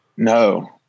No